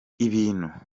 ibintu